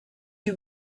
you